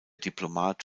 diplomat